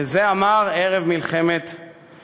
ואת זה הוא אמר ערב מלחמת העצמאות.